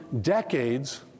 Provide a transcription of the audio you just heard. decades